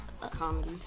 comedy